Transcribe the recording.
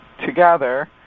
together